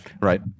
Right